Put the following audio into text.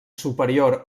superior